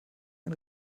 ein